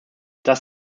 das